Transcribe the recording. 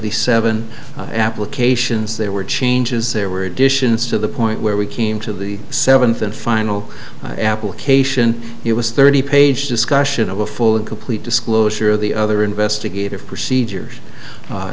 the seven applications there were changes there were additions to the point where we came to the seventh and final application it was thirty page discussion of a full and complete disclosure of the other investigative procedures